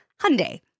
Hyundai